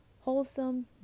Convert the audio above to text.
wholesome